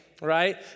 right